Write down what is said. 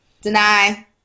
Deny